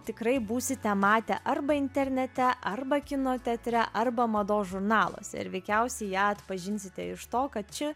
tikrai būsite matę arba internete arba kino teatre arba mados žurnaluose ir veikiausiai ją atpažinsite iš to kad ši